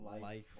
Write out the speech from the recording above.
life